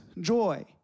joy